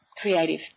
creative